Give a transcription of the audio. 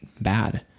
bad